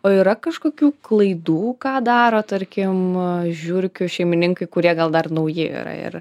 o yra kažkokių klaidų ką daro tarkim žiurkių šeimininkai kurie gal dar nauji yra ir